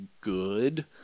good